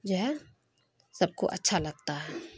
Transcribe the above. جو ہے سب کو اچھا لگتا ہے